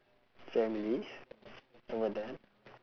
families how about that